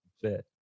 fit